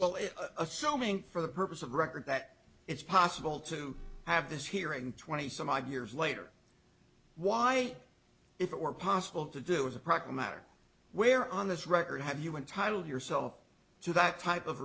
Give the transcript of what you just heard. well assuming for the purpose of record that it's possible to have this hearing twenty some odd years later why if it were possible to do it was a proc a matter where on this record have human title yourself to that type of